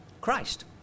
Christ